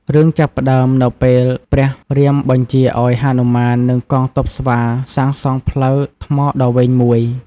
រឿងចាប់ផ្ដើមនៅពេលព្រះរាមបញ្ជាឲ្យហនុមាននិងកងទ័ពស្វាសាងសង់ផ្លូវថ្មដ៏វែងមួយ។